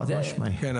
כן,